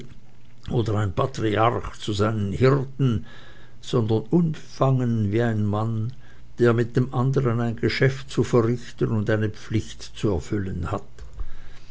oder ein patriarch zu seinen hirten sondern unbefangen wie ein mann der mit dem andern ein geschäft zu verrichten und eine pflicht zu erfüllen hat